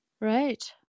Right